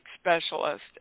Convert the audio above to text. specialist